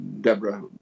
Deborah